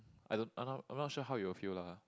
I don't I not I'm not sure how you will feel lah